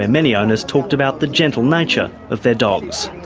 and many owners talked about the gentle nature of their dogs.